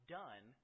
done